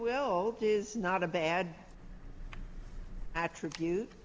well is not a bad attribute